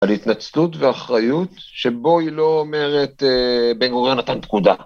על התנצלות ואחריות שבו היא לא אומרת, בן גוריין נתן פקודה.